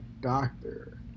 doctor